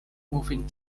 moving